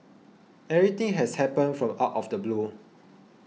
everything has happened from out of the blue